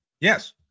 Yes